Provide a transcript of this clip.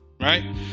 Right